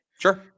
Sure